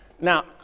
Now